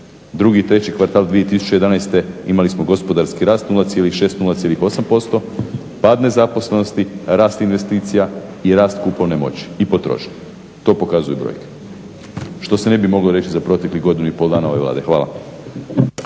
Drugi i treći kvartal 2011. imali smo gospodarski rast 0,6 i 0,8%, pad nezaposlenosti, rast investicija i rast kupovne moći i potrošnje. To pokazuju brojke. Što se ne bi moglo reći za proteklih godinu i pol dana ove Vlade. Hvala.